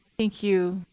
thank you.